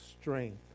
strength